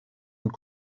und